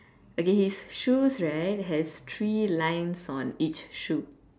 okay his shoes right has three lines on each shoe